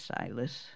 Silas